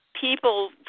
people